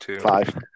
five